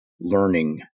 learning